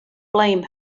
blame